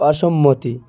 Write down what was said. অসম্মতি